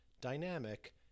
dynamic